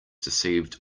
deceived